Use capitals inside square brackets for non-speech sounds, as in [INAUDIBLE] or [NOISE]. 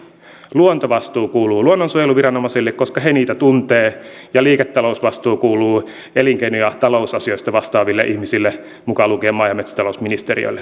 luontovastuu kuuluu luonnonsuojeluviranomaisille koska he niitä tuntevat ja liiketalousvastuu kuuluu elinkeino ja talousasioista vastaaville ihmisille mukaan lukien maa ja metsätalousministeriölle [UNINTELLIGIBLE]